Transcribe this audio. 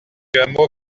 hameau